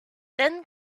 then